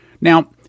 Now